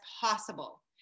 possible